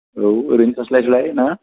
औ ओरैनो थास्लाय स्लाय ना